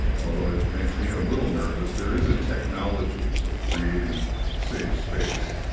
although it makes me a little nervous there is a technology of creating safe space.